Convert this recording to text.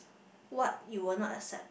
what you will not accept